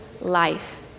life